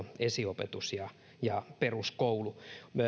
esiopetus ja ja peruskoulu